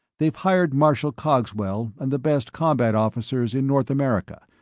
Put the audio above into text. they've hired marshal cogswell and the best combat officers in north america,